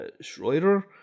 Schroeder